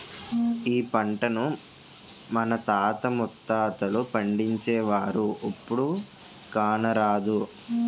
ఈ పంటను మన తాత ముత్తాతలు పండించేవారు, ఇప్పుడు కానరాదు